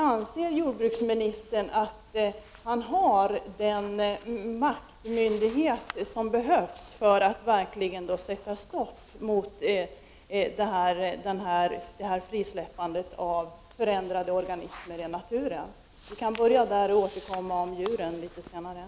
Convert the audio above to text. Anser jordbruksministern att han har den makt och den myndighet som behövs för att verkligen sätta stopp för frisläppandet av förändrade organismer i naturen? Vi kan börja med detta för att senare återkomma till frågan om djuren.